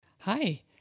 Hi